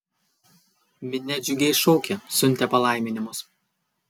minia džiugiai šaukė siuntė palaiminimus